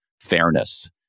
fairness